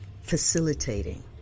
facilitating